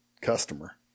customer